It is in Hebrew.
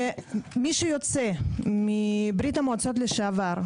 כמה זמן ממוצע לוקח לאדם לקבל את התור?